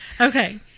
Okay